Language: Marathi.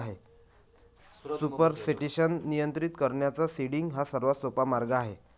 सुपरसेटेशन नियंत्रित करण्याचा सीडिंग हा सर्वात सोपा मार्ग आहे